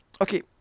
Okay